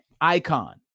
icon